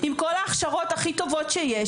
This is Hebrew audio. עם כל ההכשרות שיש,